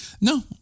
No